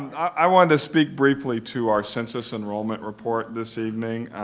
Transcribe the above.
i wanted to speak briefly to our census enrollment report this evening.